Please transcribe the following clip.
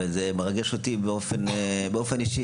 וזה מרגש אותי באופן אישי.